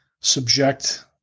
subject